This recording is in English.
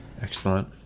Excellent